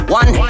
one